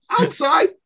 Outside